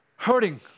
Hurting